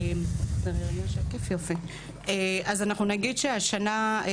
אנחנו נגיד שהשנה,